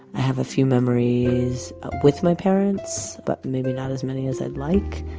have a few memories with my parents, but maybe not as many as i'd like